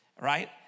right